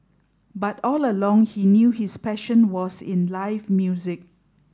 but all along he knew his passion was in live music